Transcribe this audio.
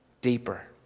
deeper